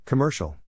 Commercial